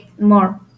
more